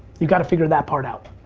you gotta figure that part out.